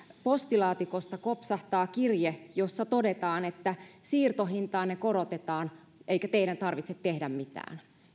postilaatikosta kopsahtaa kirje jossa todetaan että siirtohintaanne korotetaan eikä teidän tarvitse tehdä mitään